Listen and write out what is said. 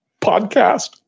podcast